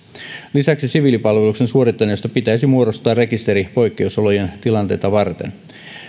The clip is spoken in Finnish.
lisäksi siviilipalveluksen suorittaneista pitäisi muodostaa rekisteri poikkeusolojen tilanteita varten